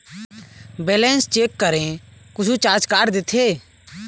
Balance check करें कुछू charge काट देथे?